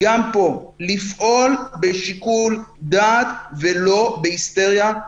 צריך לפעול פה בשיקול דעת ולא בהיסטריה.